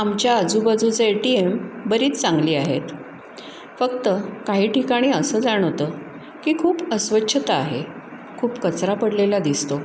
आमच्या आजूबाजूचं A T M बरीच चांगली आहेत फक्त काही ठिकाणी असं जाणवतं की खूप अस्वच्छता आहे खूप कचरा पडलेला दिसतो